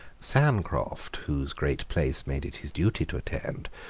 sancroft, whose great place made it his duty to attend,